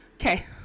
Okay